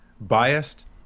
biased